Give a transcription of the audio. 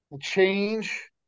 change